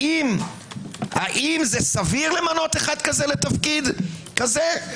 האם סביר למנות אחד כזה לתפקיד כזה?